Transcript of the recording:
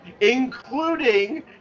including